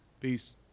peace